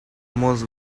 most